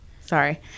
sorry